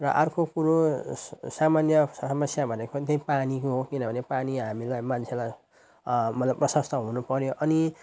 र अर्को कुरो सामान्य समस्या भनेको पनि त्यही पानीको हो किनभने पानी हामीलाई मान्छेलाई मतलब प्रसस्तै हुनुपऱ्यो अनि